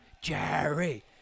Jerry